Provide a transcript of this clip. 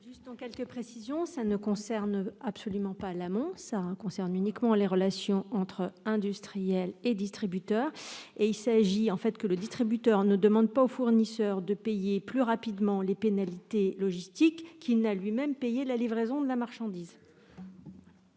apporter quelques précisions. Cela ne concerne absolument pas l'amont, mais uniquement les relations entre industriels et distributeurs. Il s'agit de faire en sorte que le distributeur ne demande pas au fournisseur de payer plus rapidement les pénalités logistiques qu'il n'a lui-même payé la livraison de la marchandise.